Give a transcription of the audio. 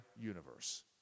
universe